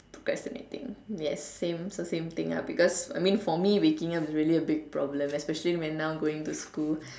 procrastinating yes same so same thing ah because I mean for me waking up is really a big problem especially when now I'm going to school